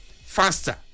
faster